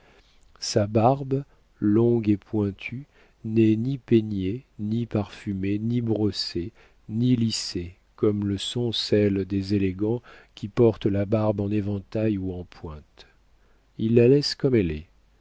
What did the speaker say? sa barbe longue et pointue n'est ni peignée ni parfumée ni brossée ni lissée comme le sont celles des élégants qui portent la barbe en éventail ou en pointe il la laisse comme elle est